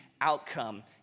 outcome